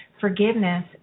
forgiveness